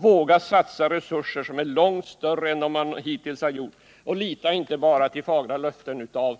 Våga satsa resurser som är långt större än dem man hittills har satsat — och lita inte bara till fagra löften från